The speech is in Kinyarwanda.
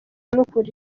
n’ukuri